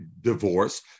divorce